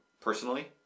Personally